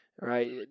right